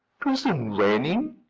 twasn't raining.